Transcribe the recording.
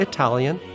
Italian